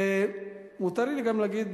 מותר לי גם להגיד,